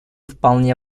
вполне